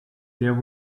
there